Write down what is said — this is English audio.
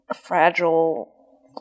fragile